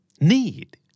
Need